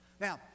Now